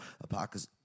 apocalypse